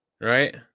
Right